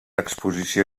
exposició